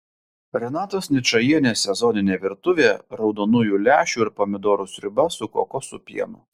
renatos ničajienės sezoninė virtuvė raudonųjų lęšių ir pomidorų sriuba su kokosų pienu